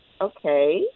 okay